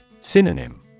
Synonym